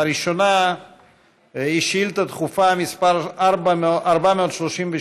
הראשונה היא שאילתה דחופה מס' 433,